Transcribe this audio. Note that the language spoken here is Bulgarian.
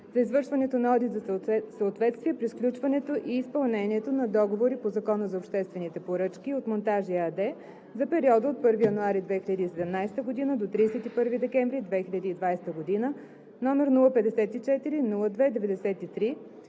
извършването на одит за съответствие при сключването и изпълнението на договори по Закона за обществените поръчки от „Монтажи“ ЕАД за периода от 1 януари 2017 г. до 31декември 2020 г., № 054-02-93,